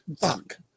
Fuck